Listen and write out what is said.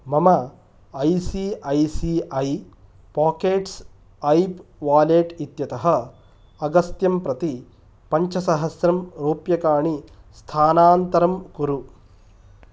मम I C I C I Pockets app wallet इत्यतः अगस्त्यं प्रति पञ्चसहस्रं रूप्यकाणि स्थानान्तरं कुरु